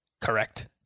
Correct